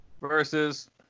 Versus